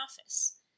office